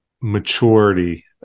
maturity